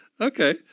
Okay